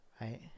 right